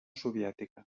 soviètica